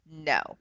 No